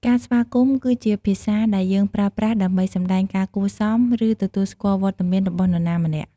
ការស្វាគមន៍ គឺជាភាសាដែលយើងប្រើប្រាស់ដើម្បីសម្ដែងការគួរសម ឬ ទទួលស្គាល់វត្តមានរបស់នរណាម្នាក់។